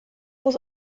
muss